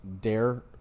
Dare